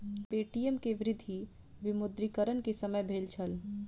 Paytm के वृद्धि विमुद्रीकरण के समय भेल छल